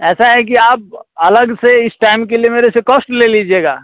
ऐसा है कि आप अलग से इस टाइम के लिए मेरे से कॉस्ट ले लीजिएगा